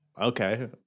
Okay